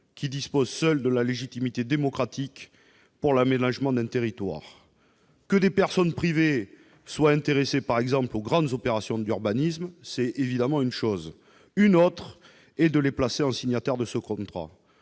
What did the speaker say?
dispose seule de la légitimité démocratique pour l'aménagement d'un territoire. Que des personnes privées soient intéressées, par exemple, par de grandes opérations d'urbanisme, c'est une chose ; c'en est une autre de leur permettre d'être signataires de ce contrat.